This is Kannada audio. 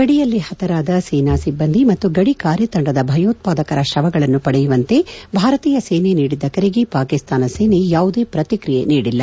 ಗಡಿಯಲ್ಲಿ ಹತರಾದ ಸೇನಾ ಸಿಬ್ಲಂದಿ ಮತ್ತು ಗಡಿ ಕಾರ್ಯತಂಡದ ಭಯೋತ್ಪಾದಕರ ಶವಗಳನ್ನು ಪಡೆಯುವಂತೆ ಭಾರತೀಯ ಸೇನೆ ನೀಡಿದ್ದ ಕರೆಗೆ ಪಾಕಿಸ್ತಾನ ಸೇನೆ ಯಾವುದೇ ಪ್ರತಿಕ್ರಿಯೆ ನೀಡಿಲ್ಲ